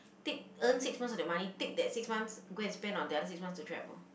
take earn six months of that money take that six months go and spend on the other six months to travel